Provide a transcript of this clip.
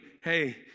hey